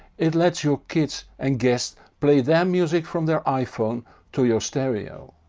it lets your kids and guests play their music from their iphone to your stereo.